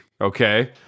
Okay